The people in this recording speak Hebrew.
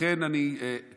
לכן אני אומר,